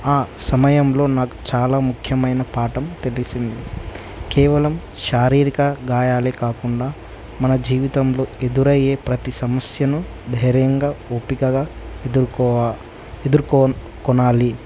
ఆ సమయంలో నాకు చాలా ముఖ్యమైన పాఠం తెలిసింది కేవలం శారీరక గాయాలే కాకుండా మన జీవితంలో ఎదురయ్యే ప్రతి సమస్యను ధైర్యంగా ఓపికగా ఎదుర్కోనాలి